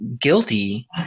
guilty